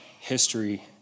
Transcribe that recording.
history